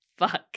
fuck